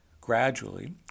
Gradually